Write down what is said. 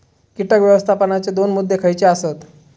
कीटक व्यवस्थापनाचे दोन मुद्दे खयचे आसत?